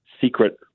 secret